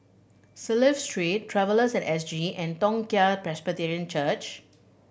Clive Street Travellers at S G and Toong Chai Presbyterian Church